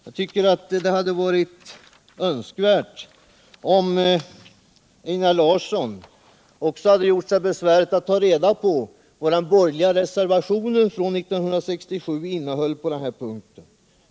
Jag tycker att det hade varit önskvärt att Einar Larsson också hade gjort sig besväret att ta reda på vad den borgerliga reservationen från 1967 innehöll på denna punkt.